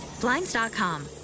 Blinds.com